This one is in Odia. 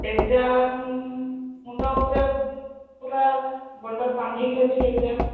ଏଗ୍ଜାମ୍ ମୁଣ୍ଡ ଉପରେ ପୁରା ବଣ୍ଡଲ ବାନ୍ଧିକି ଅଛି ଏଗ୍ଜାମ୍